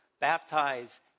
baptize